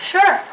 Sure